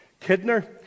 Kidner